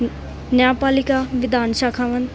ਨਿਆਂਪਾਲਿਕਾ ਵਿਧਾਨ ਸ਼ਾਖਾਵਨ